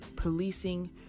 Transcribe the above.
Policing